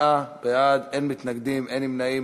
בעד, אין מתנגדים, אין נמנעים.